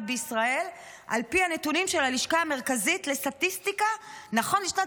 בישראל על פי הנתונים של הלשכה המרכזית לסטטיסטיקה נכון לשנת